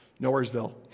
Nowheresville